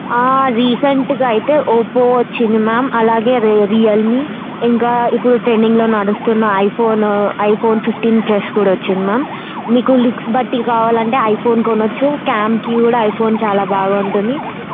రీసెంట్గా అయితే ఒప్పో వచ్చింది మ్యామ్ అలాగే రే రియల్మి ఇంకా ఇప్పుడు ట్రెండింగ్లో నడుస్తున్న ఐఫోన్ ఐఫోన్ ఫిఫ్టీన్ ప్లస్ కూడా వచ్చింది మ్యామ్ మీకు లుక్స్ బట్టి కావాలి అంటే ఐఫోన్ కొనవచ్చు క్యామ్కి కూడా ఐఫోన్ చాలా బాగా ఉంటుంది